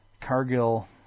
Cargill